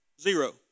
Zero